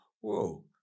whoa